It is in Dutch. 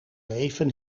leven